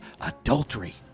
adultery